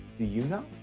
do you know?